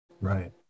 Right